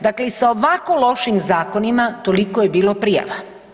Dakle i sa ovako lošim zakonima, toliko je bilo prijava.